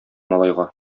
малайга